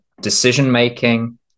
decision-making